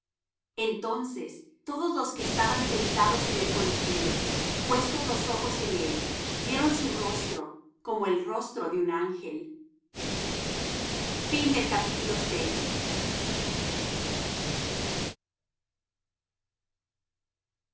entonces todos los que estaban sentados en el concilio puestos los ojos en él vieron su rostro como el rostro de un ángel el